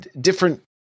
different